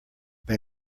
they